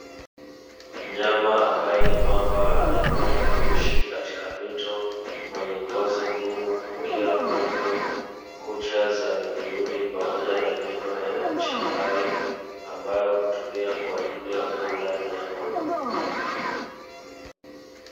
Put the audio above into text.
Mnyama ambaye ni mamba anayependa kuishi katika mito; mwenye ngozi ngumu, mkia mrefu, kucha za miguuni, pamoja na meno yana ncha kali ambayo hutumia kwa ajili ya kula nyama.